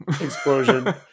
Explosion